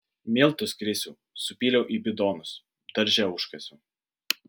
miltus krisiau supyliau į bidonus darže užkasiau